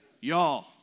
Y'all